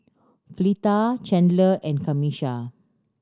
Fleeta Chandler and Camisha